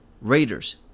Raiders